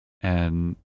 And-